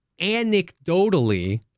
anecdotally